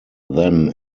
then